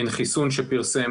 אין חיסון שפרסם